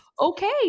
okay